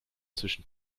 zwischen